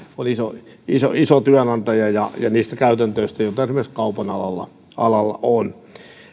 on iso työnantaja ja niitä käytäntöjä joita esimerkiksi kaupan alalla alalla on